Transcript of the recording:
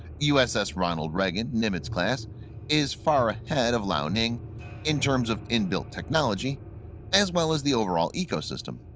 uss ronald reagan nimitz class is far ahead of liaoning in terms of inbuilt technology as well as the overall ecosystem.